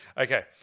Okay